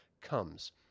comes